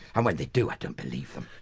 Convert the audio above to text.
and when they do i don't believe them.